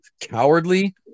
cowardly